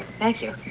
thank you.